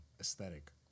aesthetic